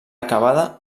acabada